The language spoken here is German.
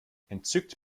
entzückt